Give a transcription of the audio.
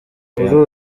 kuri